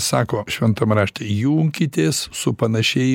sako šventam rašte junkitės su panašiai